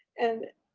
and